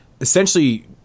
essentially